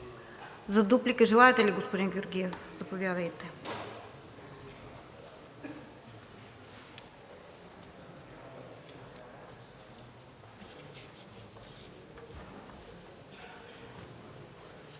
ли? Дуплика желаете ли, господин Георгиев? Заповядайте.